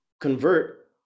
convert